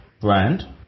brand